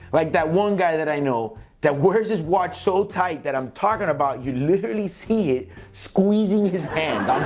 like that one guy that i know that wears his watch so tight that, i'm talking about that you literally see it squeezing his hand.